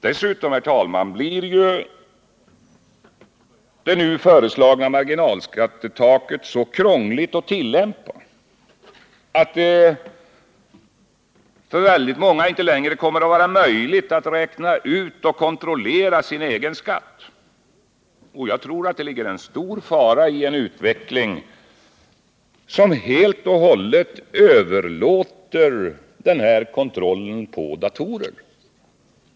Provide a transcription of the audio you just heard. Dessutom blir det nu föreslagna marginalskattetaket så krångligt att tillämpa att det för många inte längre kommer att vara möjligt att räkna ut och kontrollera sin skatt. Jag tror att det ligger en stor fara i en utveckling som helt och hållet överlåter den kontrollen på datorerna.